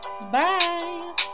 Bye